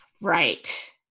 Right